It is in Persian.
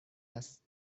است